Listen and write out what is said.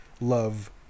love